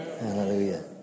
Hallelujah